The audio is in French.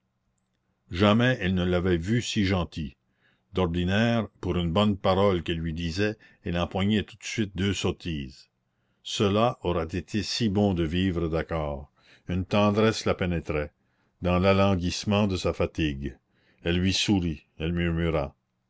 jamais elle ne l'avait vu si gentil d'ordinaire pour une bonne parole qu'il lui disait elle empoignait tout de suite deux sottises cela aurait été si bon de vivre d'accord une tendresse la pénétrait dans l'alanguissement de sa fatigue elle lui sourit elle murmura